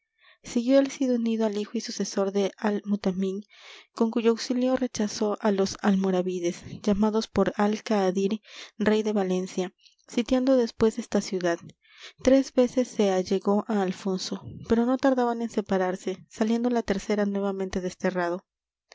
siguió el cid unido al hijo y sucesor de al mutamin con cuyo auxilio rechazó á los almoravides llamados por al kaadir rey de valencia sitiando después esta ciudad tres veces se allegó á alfonso pero no tardaban en separarse saliendo la tercera nuevamente desterrado